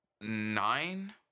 nine